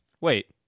Wait